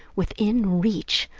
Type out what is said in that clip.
within reach,